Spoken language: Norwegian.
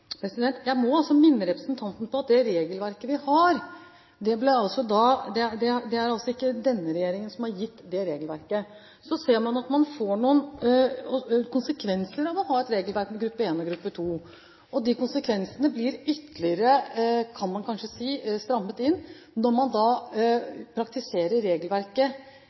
Jeg må altså minne representanten om at det regelverket vi har, er det ikke denne regjeringen som har gitt. Så ser man at det får noen konsekvenser å ha regelverk for gruppe 1 og gruppe 2, og de konsekvensene blir ytterligere – kan man kanskje si – strammet inn når man praktiserer regelverket